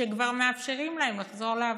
כשכבר מאפשרים להם לחזור לעבודה.